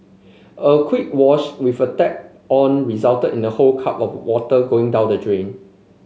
a quick wash with the tap on resulted in a whole cup of water going down the drain